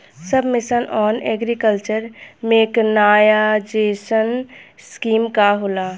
सब mission on agriculture mechanization scheme का होला?